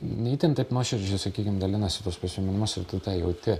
ne itin taip nuoširdžiai sakykim dalinasi tais prisiminimais ir tu tą jauti